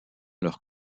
leurs